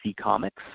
Comics